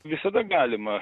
visada galima